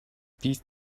these